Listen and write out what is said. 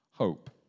Hope